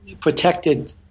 protected